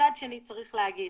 מצד שני, צריך להגיד,